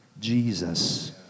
Jesus